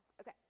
Okay